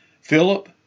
Philip